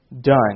done